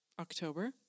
October